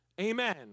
Amen